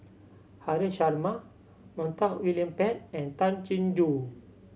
Haresh Sharma Montague William Pett and Tay Chin Joo